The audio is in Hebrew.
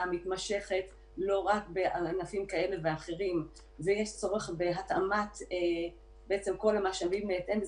מתמשכת בענפים כאלה ואחרים ויש צורך בהתאמת כל המשאבים בהתאם.